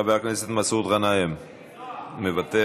חבר הכנסת מסעוד גנאים, מוותר,